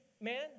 man